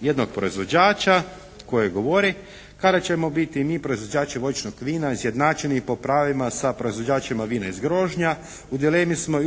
jednog proizvođača koji govori kada ćemo biti i mi proizvođači voćnog vina izjednačeni i po pravima sa proizvođačima iz Grožnja, u dilemi smo